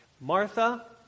Martha